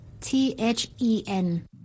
T-H-E-N